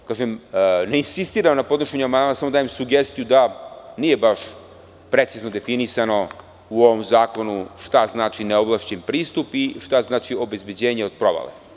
Ne insistiram na podnošenju amandmana, samo dajem sugestiju da nije baš precizno definisano u ovom zakonu šta znači neovlašćen pristup i šta znači obezbeđenje od provale.